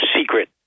secret